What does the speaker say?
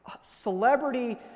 celebrity